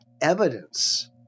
evidence